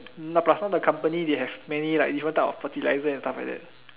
no plus one the company they have many like different type of fertiliser and stuff like that